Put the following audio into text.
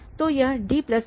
तो यह DLहै